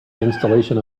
installation